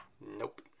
Nope